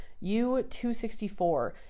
u-264